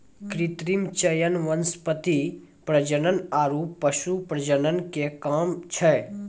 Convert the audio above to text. कृत्रिम चयन वनस्पति प्रजनन आरु पशु प्रजनन के काम छै